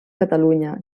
catalunya